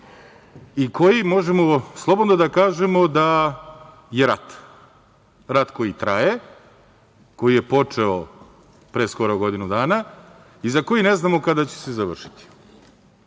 i koji možemo slobodno da kažemo da je rat, rat koji traje, koji je počeo pre skoro godinu dana i za koji ne znamo kada će se završiti.